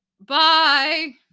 Bye